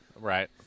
Right